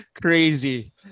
crazy